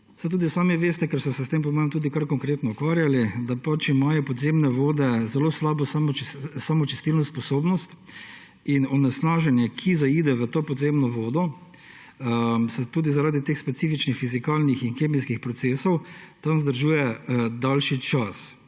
Saj tudi sami veste, ker ste se s tem tudi kar konkretno ukvarjali, da imajo pozemne vode zelo slabo samočistilno sposobnost in onesnaženje, ki zaide v to podzemno vodo, se tudi zaradi teh specifičnih fizikalnih in kemijskih procesov tam zadržuje daljši čas.